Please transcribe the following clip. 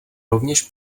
rovněž